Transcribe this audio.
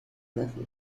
رفیق